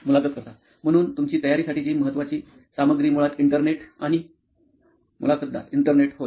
मुलाखत कर्ता म्हणून तुमची तयारीसाठीची महत्वाची सामग्री मुळात इंटरनेट आणि मुलाखतदार इंटरनेट होय